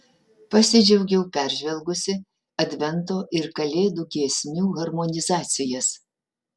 pasidžiaugiau peržvelgusi advento ir kalėdų giesmių harmonizacijas